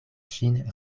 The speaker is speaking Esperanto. ŝin